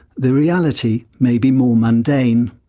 the reality may be more mundane.